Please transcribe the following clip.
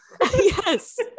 Yes